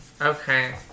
Okay